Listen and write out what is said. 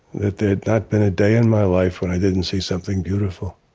that there'd not been a day in my life when i didn't see something beautiful.